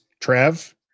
Trev